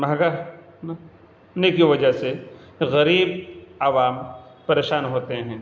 مہنگا ہونے کی وجہ سے غریب عوام پریشان ہوتے ہیں